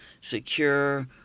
secure